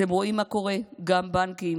אתם רואים מה קורה, גם בנקים,